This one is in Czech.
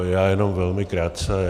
Já jenom velmi krátce.